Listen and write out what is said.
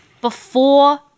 before-